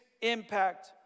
impact